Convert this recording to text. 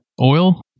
oil